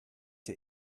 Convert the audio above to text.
der